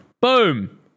Boom